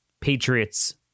patriots